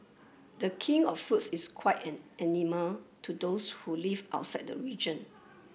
the King of Fruits is quite an enigma to those who live outside the region